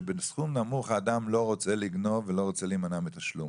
שבסכום נמוך האדם לא רוצה לגנוב ולא רוצה להימנע מתשלום.